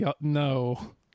No